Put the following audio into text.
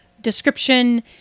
description